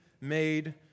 made